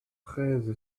treize